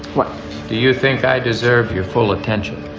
what do you think i deserve your full attention